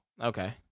Okay